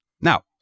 Now